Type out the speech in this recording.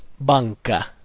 banca